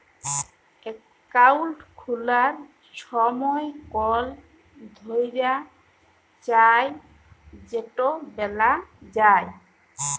account খুলার ছময় কল ধরল চায় সেট ব্যলা যায়